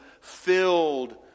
filled